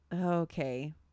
okay